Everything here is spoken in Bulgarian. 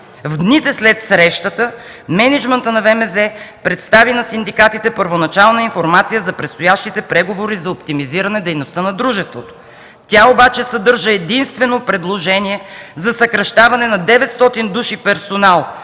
в дните след срещата мениджмънтът на ВМЗ представи на синдикатите първоначална информация за предстоящите преговори за оптимизиране дейността на дружеството. Тя обаче съдържа единствено предложение за съкращаване на 900 души персонал,